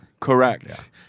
Correct